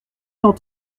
cent